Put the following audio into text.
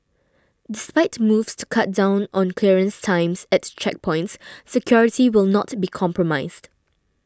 despite moves to cut down on clearance times at checkpoints security will not be compromised